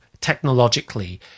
technologically